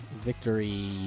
victory